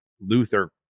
Luther